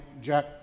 Jack